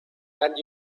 and